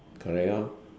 correct lor